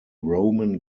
roman